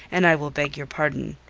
and i will beg your pardon.